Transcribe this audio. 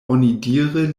onidire